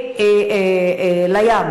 לים?